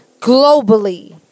globally